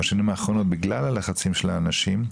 בשנים האחרונות, בגלל הלחצים של האנשים,